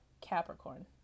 Capricorn